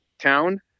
town